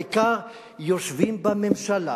העיקר יושבים בממשלה